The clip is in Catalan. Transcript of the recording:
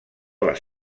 les